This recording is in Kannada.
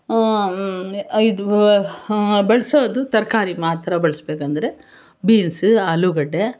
ಇದು ಬಳಸೋದು ತರಕಾರಿ ಮಾತ್ರ ಬಳ್ಸ್ಬೇಕಂದ್ರೆ ಬೀನ್ಸ ಆಲೂಗಡ್ಡೆ